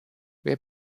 wer